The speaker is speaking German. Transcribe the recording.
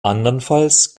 andernfalls